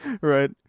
Right